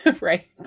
Right